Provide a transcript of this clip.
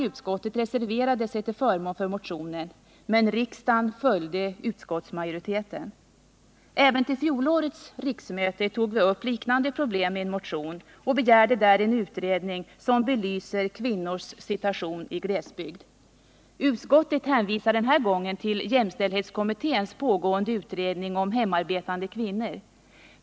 Även till fjolårets riksmöte tog vi upp liknande problem i en motion och begärde där en utredning som belyser kvinnors situation i glesbygd. Utskottet hänvisade denna gång till jämställdhetskommitténs pågående utredning om hemarbetande kvinnor.